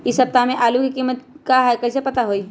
इ सप्ताह में आलू के कीमत का है कईसे पता होई?